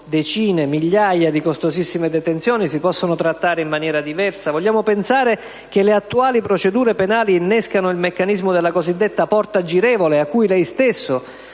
producono migliaia di costosissime detenzioni, si possono trattare in maniera diversa? Vogliamo pensare che le attuali procedure penali innescano il meccanismo della cosiddetta porta girevole - a cui lei stesso,